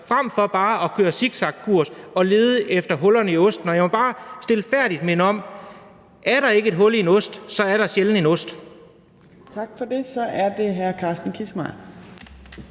frem for bare at køre zigzagkurs og lede efter hullerne i osten. Jeg må bare stilfærdigt minde om, at er der ikke et hul i en ost, er der sjældent en ost. Kl. 17:17 Fjerde næstformand